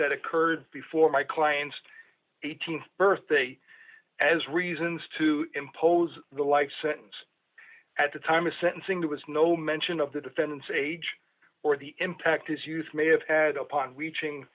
that occurred before my client's th birthday as reasons to impose the life sentence at the time of sentencing there was no mention of the defendant's age or the impact this use may have had upon reaching